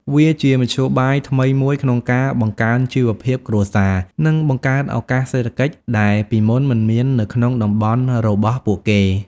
វាជាមធ្យោបាយថ្មីមួយក្នុងការបង្កើនជីវភាពគ្រួសារ និងបង្កើតឱកាសសេដ្ឋកិច្ចដែលពីមុនមិនមាននៅក្នុងតំបន់របស់ពួកគេ។